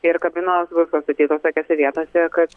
ir kabinos pastatytos tokiose vietose kad